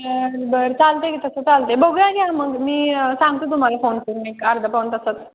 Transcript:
बरं बरं चालते आहे की तसं चालते आहे बघूया की मग मी सांगते तुम्हाला फोन करून मी एक अर्धा पाऊण तासात